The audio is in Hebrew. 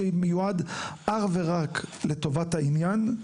שמיועד אך ורק לטובת העניין.